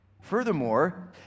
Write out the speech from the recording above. Furthermore